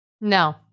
No